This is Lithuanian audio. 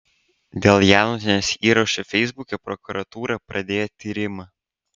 dėl janutienės įrašų feisbuke prokuratūra pradėjo tyrimą